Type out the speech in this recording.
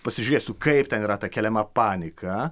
pasižiūrėsiu kaip ten yra ta keliama panika